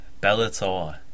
bellator